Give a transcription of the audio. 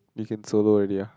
you can solo already ah